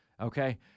okay